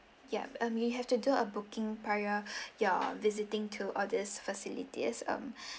yeah um you have to do a booking prior your visiting to all these facilities um